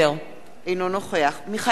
אינו נוכח מיכאל בן-ארי,